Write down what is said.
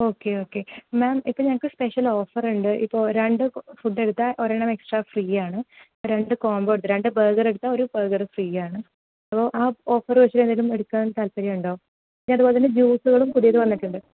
okay okay ma'am ഇപ്പോൾ ഞങ്ങൾക്ക് special offer ഉണ്ട് ഇപ്പോൾ രണ്ട് ഫുഡ് എടുത്താൽ ഒരെണ്ണം എക്സ്ട്രാ ഫ്രീ ആണ് രണ്ട് കോമ്പൊയുണ്ട് രണ്ടു ബർഗർ എടുത്താൽ ഒരു ബർഗർ ഫ്രീ ആണ് അപ്പോൾ ആ ഓഫർ വച്ചിട്ട് എന്തെങ്കിലും എടുക്കാൻ താൽപ്പര്യം ഉണ്ടോ അതുപോലെ തന്നെ ജ്യൂസുകളും പുതിയത് വന്നിട്ടുണ്ട്